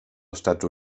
estats